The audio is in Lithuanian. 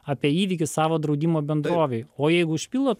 apie įvykį savo draudimo bendrovei o jeigu užpildot